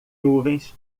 nuvens